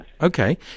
okay